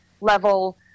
level